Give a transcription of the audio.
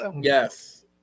Yes